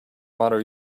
mother